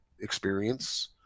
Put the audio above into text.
experience